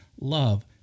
love